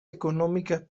económicas